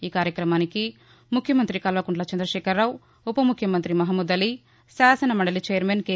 ఈ కార్యక్రమానికి ముఖ్యమంతి కల్వకుంట్ల చంద్రశేకరరావు ఉపముఖ్యమంతి మహమూద్ ఆలి శాసన మండలి ఛైర్మన్ కె